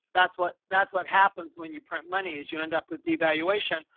that's what, that's, what happens when you print money is you end up with devaluation,